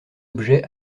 objets